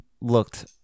looked